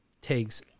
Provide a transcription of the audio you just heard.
takes